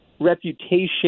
reputation